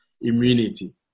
immunity